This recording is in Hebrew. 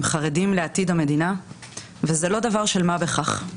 הם חרדים לעתיד המדינה וזה לא דבר של מה בכך.